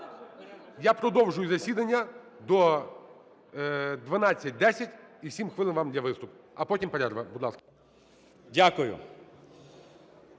Я продовжую засідання до 12:10. І 7 хвилин вам для виступу. А потім – перерва. Будь ласка.